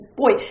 boy